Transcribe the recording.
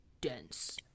dense